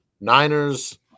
Niners